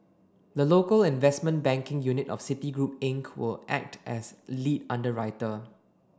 the local investment banking unit of Citigroup Inc will act as lead underwriter